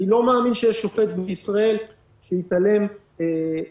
אני לא מאמין שיש שופט בישראל שיתעלם מהחובה